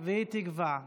והיא תקבע.